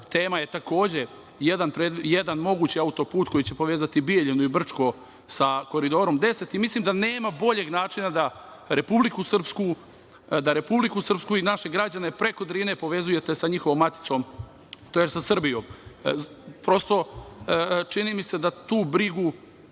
Tema je takođe jedan mogući auto-put koji će povezati Bjeljinu i Brčko sa Koridorom 10. Mislim da nema boljeg načina da Republiku Srpsku i naše građane preko Drine povezujete sa njihovom maticom, tj. sa Srbijom. Prosto, čini mi se, da tu brigu